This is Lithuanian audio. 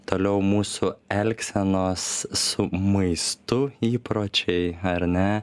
toliau mūsų elgsenos su maistu įpročiai ar ne